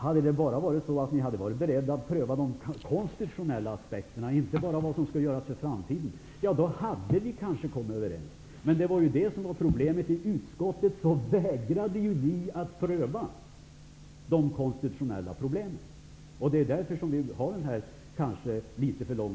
Om ni bara hade varit beredda att pröva de konstitutionella aspekterna -- och inte bara vad som skall göras för framtiden -- hade vi kanske kunnat komma överens. Men problemet i utskottet var att ni vägrade att pröva de konstitutionella frågorna. Det är därför som dagens debatt i kammaren kanske blir litet för lång.